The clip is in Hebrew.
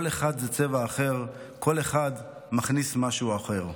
כל אחד זה צבע אחר, כל אחד מכניס משהו אחר.